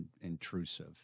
intrusive